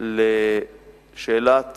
לשאלת